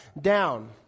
down